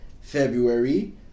February